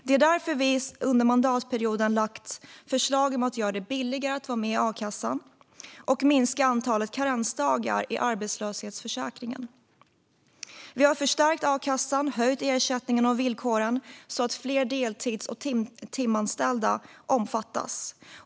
Det är därför som vi under mandatperioden har lagt fram förslag om att göra det billigare att vara med i a-kassan och om att minska antalet karensdagar i arbetslöshetsförsäkringen. Vi har förstärkt a-kassan, höjt ersättningen och förbättrat villkoren så att fler deltids och timanställda omfattas.